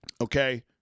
okay